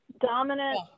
dominant